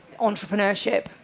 entrepreneurship